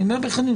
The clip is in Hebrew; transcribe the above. אני אומר בכנות,